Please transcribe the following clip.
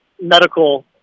medical